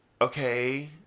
okay